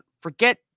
Forget